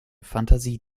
fantasie